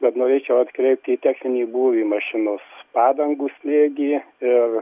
bet norėčiau atkreipti į techninį būvį mašinos padangų slėgį ir